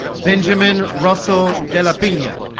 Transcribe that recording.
benjamin russell dela pena